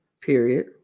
Period